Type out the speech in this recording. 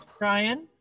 Ryan